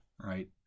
right